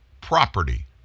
property